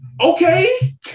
Okay